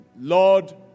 Lord